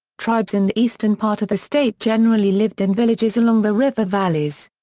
tribes in the eastern part of the state generally lived in villages along the river valleys.